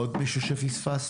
עוד מישהו שפספסתי?